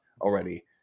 already